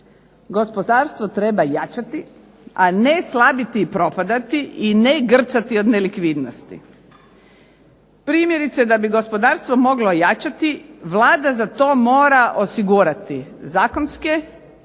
gospodarstvo treba jačati, a ne slabiti i propadati i ne grcati od nelikvidnosti. Primjerice, da bi gospodarstvo moglo jačati Vlada za to mora osigurati zakonske,